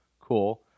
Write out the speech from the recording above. cool